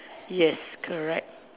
yes correct